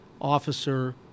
officer